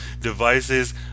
devices